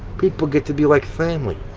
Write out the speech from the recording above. people get to be like family.